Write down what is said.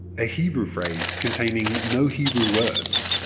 a hebrew phrase containing no hebrew words.